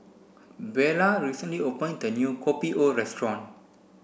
Beula recently opened a new Kopi O restaurant